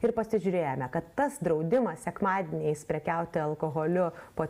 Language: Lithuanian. ir pasižiūrėjome kad tas draudimas sekmadieniais prekiauti alkoholiu po